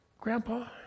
Grandpa